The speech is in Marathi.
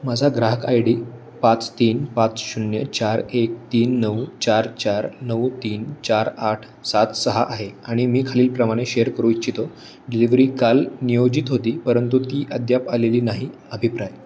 माझा ग्राहक आय डी पाच तीन पाच शून्य चार एक तीन नऊ चार चार नऊ तीन चार आठ सात सहा आहे आणि मी खालीलप्रमाणे शेअर करू इच्छितो डिलिवरी काल नियोजित होती परंतु ती अद्याप आलेली नाही अभिप्राय